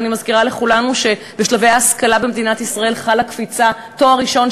ואני מזכירה לכולנו שבהשכלה במדינת ישראל חלה קפיצה: תואר ראשון,